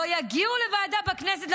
לא יגיעו לוועדה בכנסת,